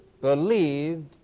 believed